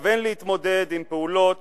מתכוון להתמודד עם פעולות